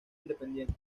independiente